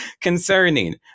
concerning